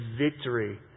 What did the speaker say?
victory